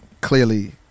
clearly